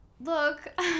Look